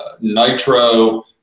nitro